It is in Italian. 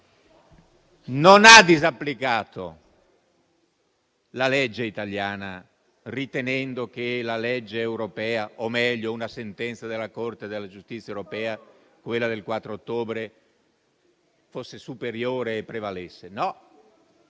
Non ha disapplicato la legge italiana, ritenendo che la legge europea o meglio una sentenza della Corte della giustizia europea, quella del 4 ottobre, fosse superiore e prevalesse. No,